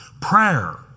Prayer